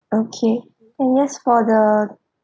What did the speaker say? okay and yes for the